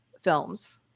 films